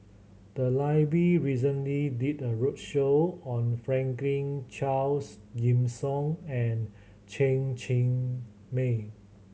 the library recently did a roadshow on Franklin Charles Gimson and Chen Cheng Mei